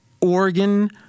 Oregon